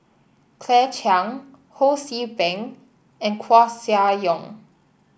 Claire Chiang Ho See Beng and Koeh Sia Yong